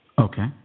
Okay